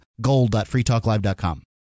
gold.freetalklive.com